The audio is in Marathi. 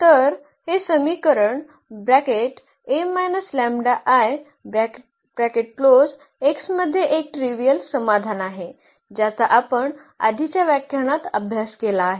तर हे समीकरण मध्ये एक ट्रीवियल समाधान आहे ज्याचा आपण आधीच्या व्याख्यानात अभ्यास केला आहे